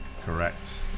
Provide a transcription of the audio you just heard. Correct